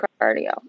cardio